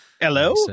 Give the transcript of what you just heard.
Hello